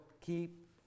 keep